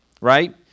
right